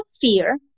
fear